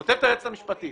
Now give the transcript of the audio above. כותבת היועצת המשפטית